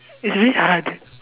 it's really hard